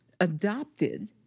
adopted